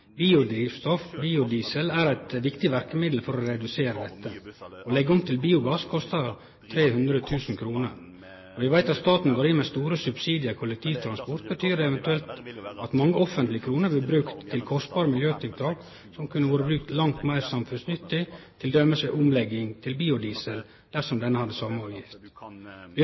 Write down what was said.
er eit viktig verkemiddel for å redusere dette. Å leggje om til biogass kostar 300 000 kr. Eg veit at staten går inn med store subsidier i kollektivtransport, og det betyr at mange offentlege kroner som blir brukte til kostbare miljøtiltak, kunne vore brukte langt meir samfunnsnyttig, t.d. til ei omlegging til biodiesel, dersom biodiesel hadde